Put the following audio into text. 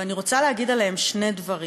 ואני רוצה להגיד עליהם שני דברים: